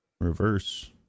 reverse